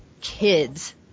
kids